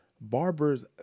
barbers